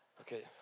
Okay